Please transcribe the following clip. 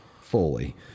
fully